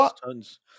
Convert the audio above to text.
tons